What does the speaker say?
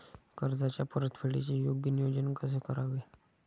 कर्जाच्या परतफेडीचे योग्य नियोजन कसे करावे?